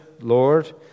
Lord